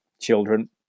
children